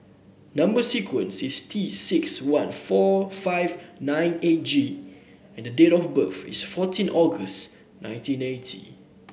number sequence is T six one four five nine eight G and the date of birth is fourteen August nineteen eighty